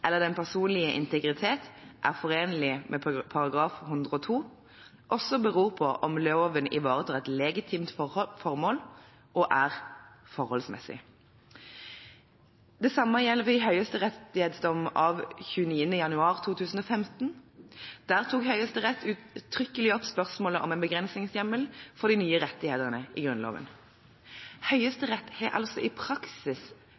eller den personlige integritet, er forenlig med § 102, også beror på om loven ivaretar et legitimt formål og er forholdsmessig.» Det samme gjelder i høyesterettsdom av 29. januar 2015. Der tok Høyesterett uttrykkelig opp spørsmålet om en begrensningshjemmel for de nye rettighetsbestemmelsene i Grunnloven.